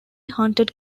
hunted